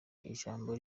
ijambo